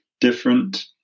different